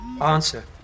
Answer